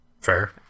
Fair